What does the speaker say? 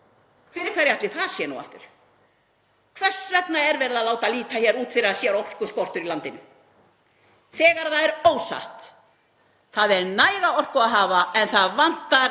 Fyrir hverja ætli það sé nú aftur? Hvers vegna er verið að láta líta hér út fyrir að það sé orkuskortur í landinu þegar það er ósatt? Það er næga orku að hafa en það vantar